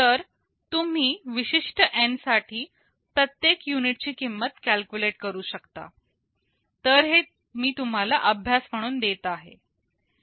तर तुम्ही विशिष्ट N साठी प्रत्येक युनिट ची किंमत कॅल्क्युलेट करू शकता तर हे मी तुम्हाला अभ्यास म्हणून देत आहे